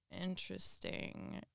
interesting